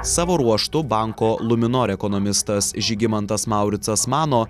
savo ruožtu banko luminor ekonomistas žygimantas mauricas mano